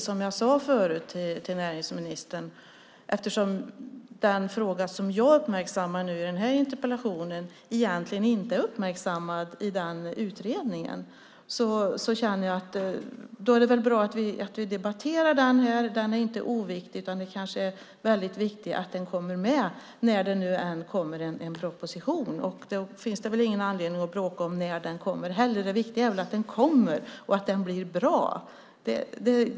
Som jag sade till näringsministern har den fråga som jag uppmärksammar i den här interpellationen egentligen inte uppmärksammats i utredningen, och därför är det väl bra att vi debatterar den här? Den är inte oviktig. Det är kanske väldigt viktigt att den kommer med när det än kommer en proposition. Det finns heller ingen anledning att bråka om när den kommer. Det viktiga är att den kommer och att den blir bra.